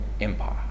Empire